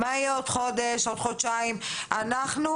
מה יהיה עוד חודש, עוד חודשיים?